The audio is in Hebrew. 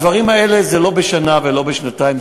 הדברים האלה הם לא בשנה ולא בשנתיים,